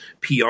PR